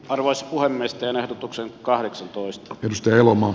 arvoisa puhemies tähän ehdotukseen kahdeksantoista pyrstö elomo